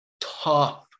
tough